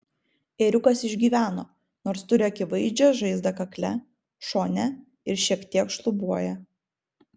ėriukas išgyveno nors turi akivaizdžią žaizdą kakle šone ir šiek tiek šlubuoja